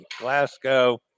glasgow